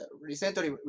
recently